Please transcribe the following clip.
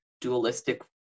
dualistic